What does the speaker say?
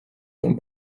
von